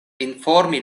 informi